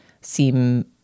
seem